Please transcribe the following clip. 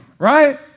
right